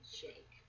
Shake